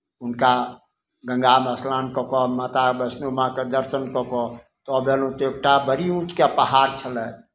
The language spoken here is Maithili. हुनका गङ्गामे स्नान कऽ कऽ माता वैष्णो माँके दर्शन कऽ कऽ तब अयलहुँ तऽ एकटा बड़ी ऊँचके पहाड़ छलय